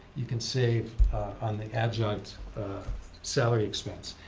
you can save on the adjunct salary expense.